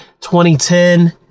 2010